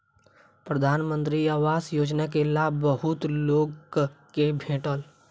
प्रधानमंत्री आवास योजना के लाभ बहुत लोक के भेटल